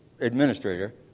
administrator